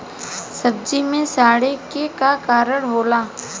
सब्जी में सड़े के का कारण होला?